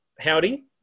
Howdy